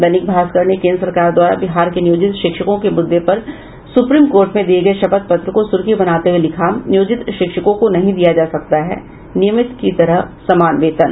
दैनिक भास्कर ने केन्द्र सरकार द्वारा बिहार के नियोजित शिक्षकों के मुद्दे पर सुप्रीम कोर्ट में दिये गये शपथ पत्र को सुर्खी बनाते हुए लिखा है नियोजित शिक्षकों को नहीं दिया जा सकता है नियमित की तरह समान वेतन